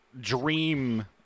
dream